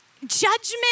judgment